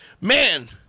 Man